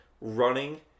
running